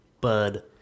bud